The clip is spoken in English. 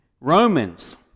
Romans